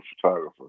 photographer